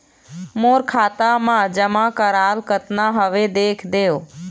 मोर खाता मा जमा कराल कतना हवे देख देव?